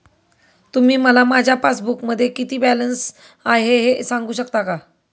तुम्ही मला माझ्या पासबूकमध्ये किती बॅलन्स आहे हे सांगू शकता का?